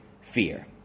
fear